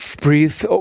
breathe